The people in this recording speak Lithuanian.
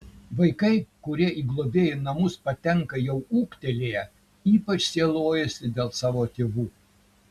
vaikai kurie į globėjų namus patenka jau ūgtelėję ypač sielojasi dėl savo tėvų